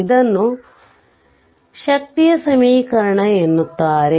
ಇದನ್ನು ಶಕ್ತಿಯ ಸಮೀಕರಣ ಎನ್ನುತ್ತಾರೆ